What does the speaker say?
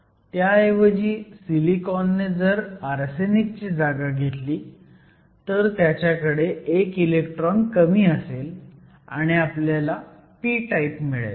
त्याऐवजी सिलिकॉनने जर आर्सेनिकची जागा घेतली तर त्याच्याकडे एक इलेक्ट्रॉन कमी असेल आणि आपल्याला p टाईप मिळेल